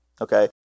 okay